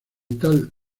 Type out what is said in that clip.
tal